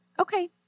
okay